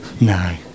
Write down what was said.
No